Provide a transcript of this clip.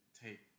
take